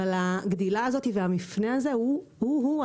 אבל הגדילה הזו והמפנה הזה הוא ההזדמנות